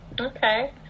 okay